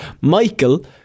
Michael